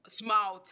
small